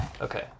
Okay